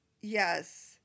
Yes